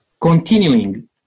Continuing